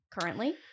currently